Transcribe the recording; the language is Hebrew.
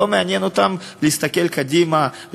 לא מעניין אותם להסתכל קדימה,